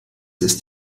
ist